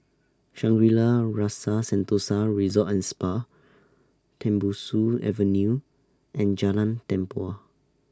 Shangri La's Rasa Sentosa Resort and Spa Tembusu Avenue and Jalan Tempua